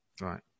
right